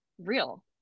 real